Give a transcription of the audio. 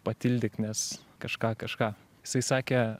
patildyk nes kažką kažką jisai sakė